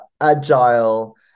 agile